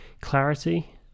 clarity